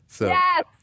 Yes